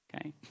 Okay